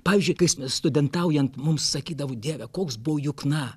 pavyzdžiui ka sme studentaujant mums sakydavo dieve koks buvo jukna